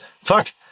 Fuck